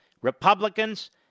Republicans